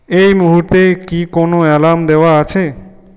এই মুহূর্তে কি কোন অ্যালার্ম দেওয়া আছে